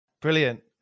Brilliant